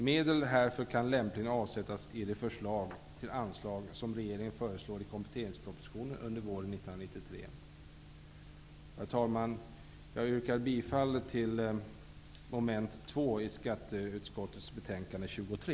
Medel härför kan lämpligen avsättas i de förslag till anslag som regeringen föreslår i kompletteringspropositionen under våren 1993. Herr talman! Jag yrkar bifall till reservation 2 i mom. 2 till skatteutskottets betänkande SkU23.